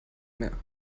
mehr